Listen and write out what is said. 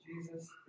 Jesus